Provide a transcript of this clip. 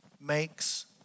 makes